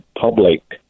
public